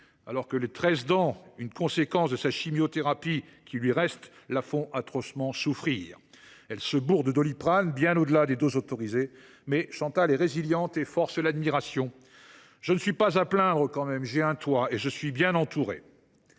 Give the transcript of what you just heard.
dents qui lui restent – conséquence de la chimiothérapie – la font atrocement souffrir. Elle se bourre de Doliprane bien au delà des doses autorisées, mais Chantal est résiliente et force l’admiration. « Je ne suis pas à plaindre quand même : j’ai un toit et je suis entourée. »